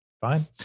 fine